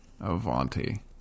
Avanti